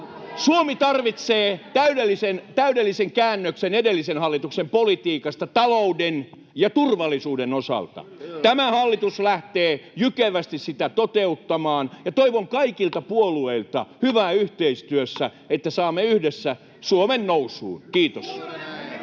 Suomi tarvitsee täydellisen käännöksen edellisen hallituksen politiikasta talouden ja turvallisuuden osalta. Tämä hallitus lähtee jykevästi sitä toteuttamaan, ja toivon kaikilta puolueilta hyvää yhteistyötä, että saamme yhdessä Suomen nousuun. — Kiitos.